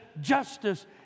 justice